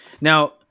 now